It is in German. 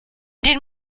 den